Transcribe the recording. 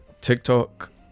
TikTok